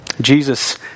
Jesus